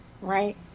right